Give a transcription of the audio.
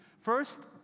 First